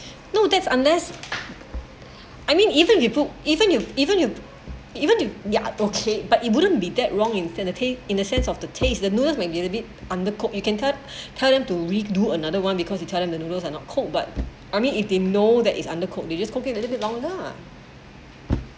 no that unless I mean even you book even if even if even if ya okay but it wouldn't be that wrong definitely in a sense of the taste the noodles might get a bit undercooked you can tell tell them to redo another one because you tell him the noodles are not cold but I mean if they know that is undercooked they just cook it a bit longer[lah]